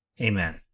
Amen